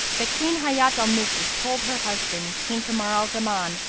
that queen hayat al-nufus told her husband, king kamar al-zaman,